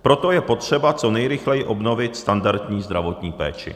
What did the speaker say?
Proto je potřeba co nejrychleji obnovit standardní zdravotní péči.